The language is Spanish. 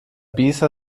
pinza